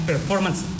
performance